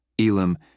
Elam